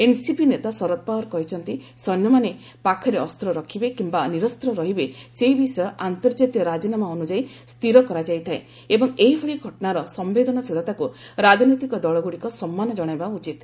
NCP ନେତା ଶରତ ପାୱାର କହିଛନ୍ତି ସୈନ୍ୟମାନେ ପାଖରେ ଅସ୍ତ ରଖିବେ କିମ୍ବା ନିରସ୍ତ ରହିବେ ସେହି ବିଷୟ ଆନ୍ତର୍ଜାତୀୟ ରାଜିନାମା ଅନୁଯାୟୀ ସ୍ଥିର କରାଯାଇଥାଏ ଏବଂ ଏହିଭଳି ଘଟଣାର ସମ୍ବେଦନଶୀଳତାକୁ ରାଜନୈତିକ ଦଳଗୁଡ଼ିକ ସମ୍ମାନ ଜଣାଇବା ଉଚିତ୍